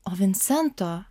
o vincento